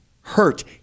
hurt